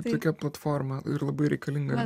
tokia platforma labai reikalinga